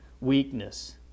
weakness